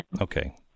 Okay